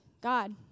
God